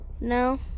No